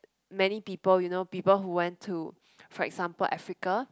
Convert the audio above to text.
many people you know people who went to for example Africa